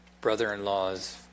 brother-in-law's